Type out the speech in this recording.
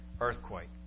earthquake